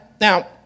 now